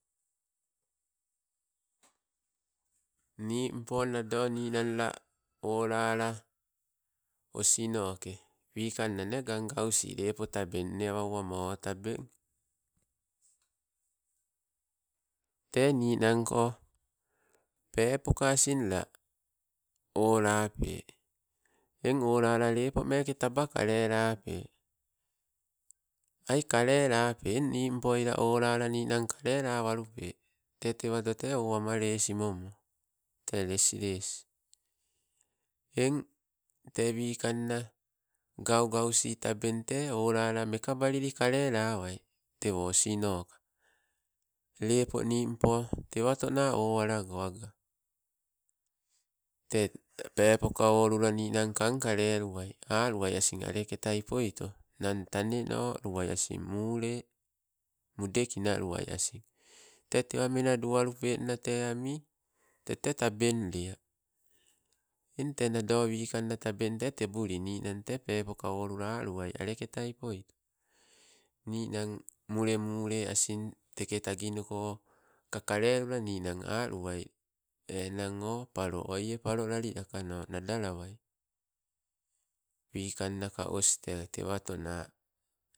Nimpo nado ninang la olala osinoke wikanna nee gaugausi lepo tabeng, ene awa owanao o tabeng. Tee ninangko peepoka asing la, olape eng olala lepomeke taba kalelape ai kalelape eng nimpoi la olala ninan kalelawalupe tee tewato tee owama lesimomo, lesilesi. Eng te wikanna gaugausi tabeng tee o lela meka bailli kelelawai tewo osinoka, lepo nimpo tewatona owalego aga. Tee peepoka olula ninang kangkale luwai, aluwai asin aleketai poito nnan tanenoluwa, asing mule, mudeknaluwai asin, tee tewa menaduwalupen ninang tee ami tete tabeng lea, eng te nado wikanna tabeng tee tebuli ninang te peepoka olula aluwai aleketai poito. Ninang mule mule asin teke taginuko ka kalelula ninang aluwai enang oh palo oie palolali lakano nadalawai, wikanna ka os te tewatona.